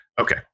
Okay